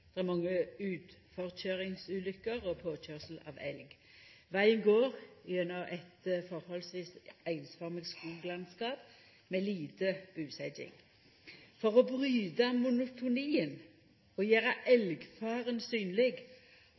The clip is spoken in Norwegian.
mange utforkøyringsulukker og påkøyrsel av elg. Vegen går gjennom eit forholdsvis einsformig skoglandskap med lite busetjing. For å bryta monotonien og gjera elgfaren synleg